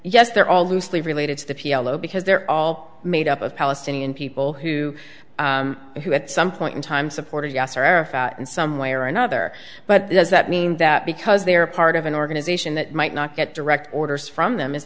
yes they're all loosely related to the p l o because they're all made up of palestinian people who who had some point in time supported yasser arafat in some way or another but does that mean that because they are part of an organization that might not get direct orders from them is